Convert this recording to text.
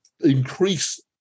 increase